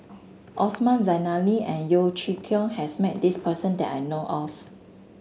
Osman Zailani and Yeo Chee Kiong has met this person that I know of